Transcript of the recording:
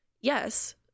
yes